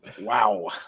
Wow